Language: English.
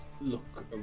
look